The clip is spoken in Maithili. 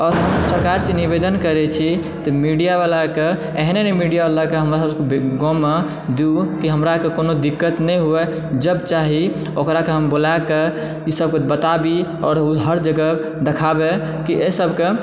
आओर हम सरकारसँ निवेदन करैत छी तऽ मीडिया वालाके एहन एहन मीडियावालाके हमरा सभके गाँवमऽ दू कि हमरा अरके कोनो दिक्कत नहि हुअ जब चाही ओकराके हम बोलाकके ई सभकिछु बताबी आ ओ हर जगह देखाबय कि एहिसभके